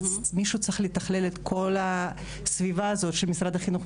מישהו צריך לתכלל את כל הסביבה הזאת של משרד החינוך,